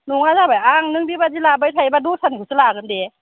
नङा जाबाय आं नों बेबायदि लाबोबाय थायोबा द'स्रानिखौसो लागोन दे